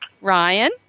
Ryan